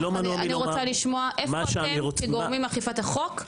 אני רוצה לשמוע איפה אתם כגורמי אכיפת החוק,